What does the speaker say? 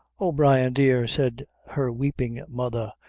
oh, brian dear, said her weeping mother,